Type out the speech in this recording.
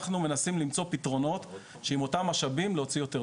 אנחנו מנסים למצוא פתרונות שעם אותם משאבים להוציא יותר,